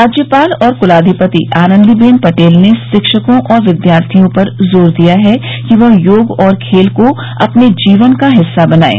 राज्यपाल और कुलाधिपति आनंदीबेन पटेल ने शिक्षकों और विद्यार्थियों पर ज़ोर दिया है कि वह योग और खेल को अपने जीवन का हिस्सा बनायें